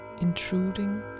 intruding